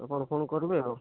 ଆପଣ ଫୋନ୍ କରିବେ ଆଉ